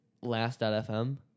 Last.fm